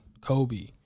Kobe